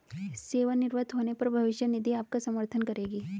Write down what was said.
सेवानिवृत्त होने पर भविष्य निधि आपका समर्थन करेगी